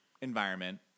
environment